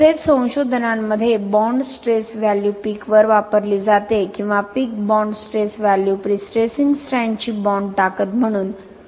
तसेच संशोधनांमध्ये bond stress value peak वर वापरली जाते किंवा peak bond stress value prestressing स्ट्रँडची बाँड ताकद म्हणून घेतली जाईल